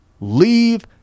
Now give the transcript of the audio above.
leave